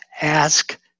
ask